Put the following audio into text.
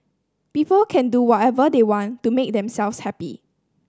people can do whatever they want to make themselves happy